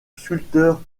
sculpteur